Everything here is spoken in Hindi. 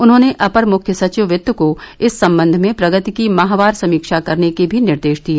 उन्होंने अपर मुख्य सचिव वित्त को इस संबंध में प्रगति की माहवार समीक्षा करने के भी निर्देश दिए